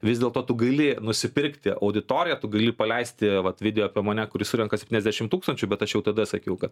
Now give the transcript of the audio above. vis dėlto tu gali nusipirkti auditoriją tu gali paleisti vat video apie mane kuris surenka septyniasdešim tūkstančių bet aš jau tada sakiau kad